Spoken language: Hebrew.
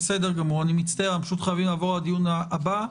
אני מצטער, אנחנו פשוט חייבים לעבור לדיון הבא.